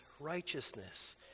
righteousness